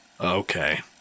Okay